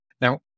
Now